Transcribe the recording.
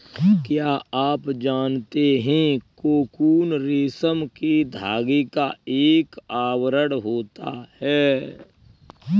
क्या आप जानते है कोकून रेशम के धागे का एक आवरण होता है?